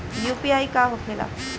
UPI का होखेला?